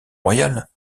royales